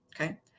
okay